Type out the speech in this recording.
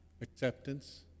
Acceptance